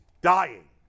dying